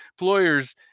employers